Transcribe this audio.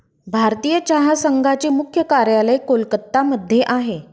भारतीय चहा संघाचे मुख्य कार्यालय कोलकत्ता मध्ये आहे